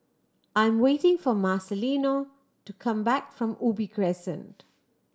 I'm waiting for Marcelino to come back from Ubi Crescent